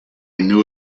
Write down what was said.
new